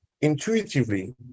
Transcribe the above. intuitively